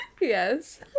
Yes